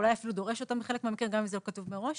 אולי אפילו דורש בחלק מהמקרים גם אם זה לא כתוב מראש,